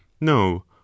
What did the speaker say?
No